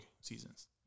seasons